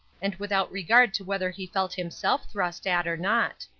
and without regard to whether he felt himself thrust at or not.